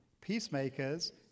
peacemakers